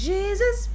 Jesus